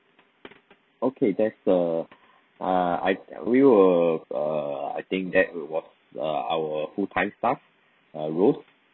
okay that's a uh I we will uh I think that it was uh our full-time staff uh rose